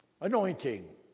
anointing